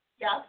Yes